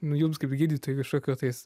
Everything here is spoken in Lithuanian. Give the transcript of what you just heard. jums kaip gydytojui kažkokio tais